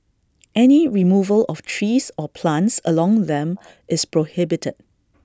any removal of trees or plants along them is prohibited